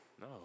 No